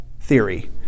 theory